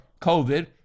COVID